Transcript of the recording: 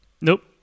Nope